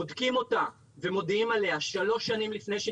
בודקים אותה ומודיעים עליה שלוש שנים לפני שהיא